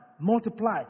multiply